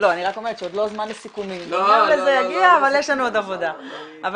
הזמן לסיכומים, יש לנו עוד מלא עבודה.